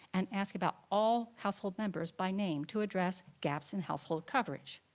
and ask about all household members by name to address gaps in household coverage.